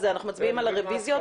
אנחנו מצביעים על הרביזיות.